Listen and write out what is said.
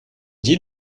dis